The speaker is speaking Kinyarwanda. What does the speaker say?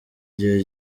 gihe